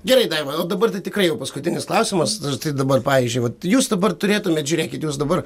gerai daiva o dabar tai tikrai jau paskutinis klausimas štai dabar pavyzdžiui vat jūs dabar turėtumėt žiūrėkit jūs dabar